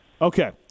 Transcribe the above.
Okay